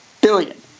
billion